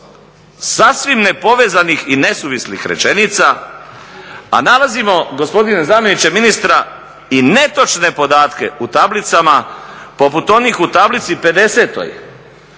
sasvim nepovezanih i nesuvislih rečenica a nalazimo gospodine zamjeniče ministra i netočne podatke u tablicama poput onih u tablici 50.